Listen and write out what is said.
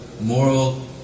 moral